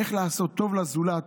איך לעשות טוב לזולת.